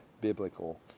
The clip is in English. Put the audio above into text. biblical